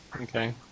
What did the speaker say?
Okay